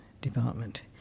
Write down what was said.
department